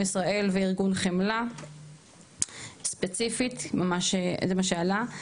ישראל וארגון חמלה ספציפית ממש זה מה שעלה.